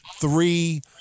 three